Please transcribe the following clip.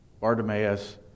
Bartimaeus